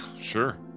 Sure